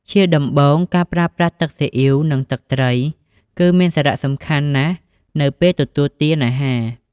ជាដំបូង ការប្រើប្រាស់ទឹកស៊ីអ៊ីវ និងទឹកត្រី គឺមានសារៈសំខាន់ណាស់នៅពេលទទួលទានអាហារ។